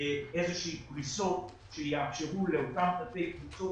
איזה שהן פריסות שיאפשרו לאותם תתי קבוצות